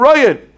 Ryan